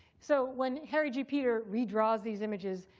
so when harry g. peter redraws these images,